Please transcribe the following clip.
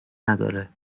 نداره